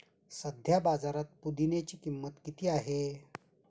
सध्या बाजारात पुदिन्याची किंमत किती आहे?